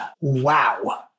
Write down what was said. Wow